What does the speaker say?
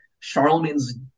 Charlemagne's